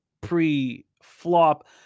pre-flop